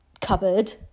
cupboard